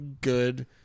good